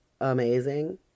amazing